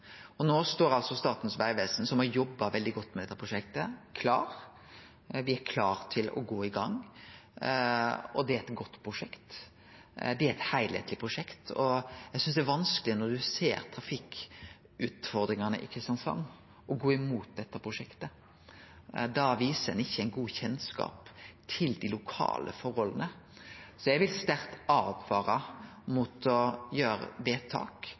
er eit godt prosjekt, det er eit heilskapleg prosjekt, og eg synest det er vanskeleg når ein ser på trafikkutfordringane i Kristiansand, å gå imot dette prosjektet. Da viser ein ikkje god kjennskap til dei lokale forholda. Eg vil sterkt åtvare mot å gjere vedtak